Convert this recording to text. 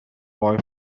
boy